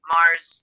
Mars